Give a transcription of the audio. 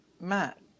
Matt